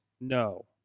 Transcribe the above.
No